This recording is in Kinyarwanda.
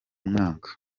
mwaka